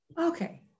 Okay